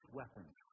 weapons